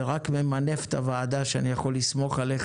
זה רק ממנף את הוועדה שאני יכול לסמוך עליך